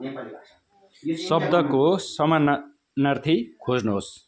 शब्दको समानार्थी खोज्नुहोस्